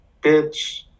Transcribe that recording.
bitch